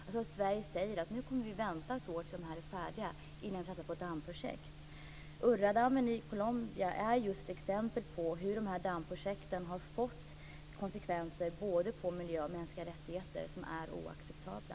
Sverige borde säga att man skall vänta ett år tills kommissionen är färdig med sitt arbete innan man satsar på ett nytt dammprojekt. Urrádammen i Colombia är ett exempel på hur dessa dammprojekt har fått konsekvenser både för miljön och för de mänskliga rättigheterna som är oacceptabla.